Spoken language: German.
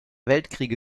weltkriege